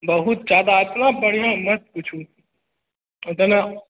बहुत जादा इतना बढिआँ मत पूछु इतना